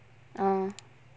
uh